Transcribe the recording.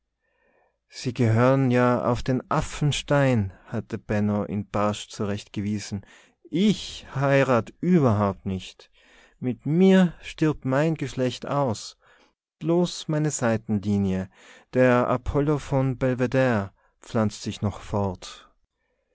sie gehören ja auf den affe'stein hatte benno ihn barsch zurechtgewiesen ich heirat überhaupt nicht mit mir stirbt mei geschlecht aus bloß meine seitenlinie der apollo von belvedere pflanzt sich noch fort